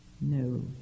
no